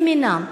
הם אינם.